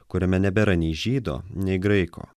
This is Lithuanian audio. kuriame nebėra nei žydo nei graiko